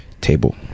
Table